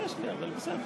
יש לי, אבל בסדר.